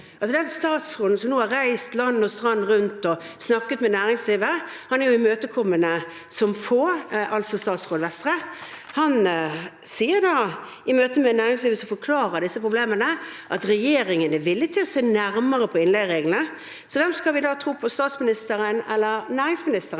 statsråden som nå har reist land og strand rundt og snakket med næringslivet, er jo imøtekommende som få, altså statsråd Vestre. Han sier i møte med næringslivet som forklarer disse problemene, at regjeringen er villig til å se nærmere på innleiereglene. Hvem skal vi da tro på, statsministeren eller næringsministeren?